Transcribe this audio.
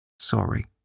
Sorry